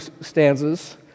stanzas